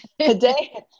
Today